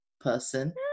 person